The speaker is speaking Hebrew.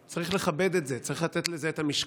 צריך לכבד את זה, צריך לתת לזה את המשקל.